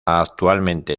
actualmente